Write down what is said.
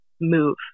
move